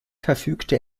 verfügte